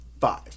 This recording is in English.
five